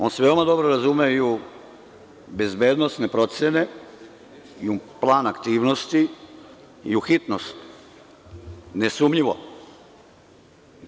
On se veoma dobro razume u bezbednosne procene, plan aktivnosti i u hitnost, nesumnjivo.